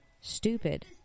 stupid